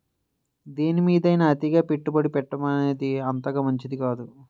దేనిమీదైనా అతిగా పెట్టుబడి పెట్టడమనేది అంతగా మంచిది కాదు